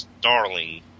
darling